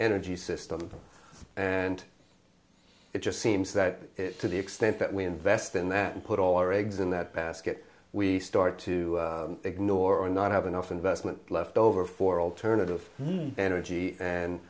energy system and it just seems that it to the extent that we invest in that and put all our eggs in that basket we start to ignore or not have enough investment left over for alternative energy and